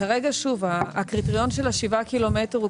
כרגע שוב הקריטריון של השבעה קילומטר הוא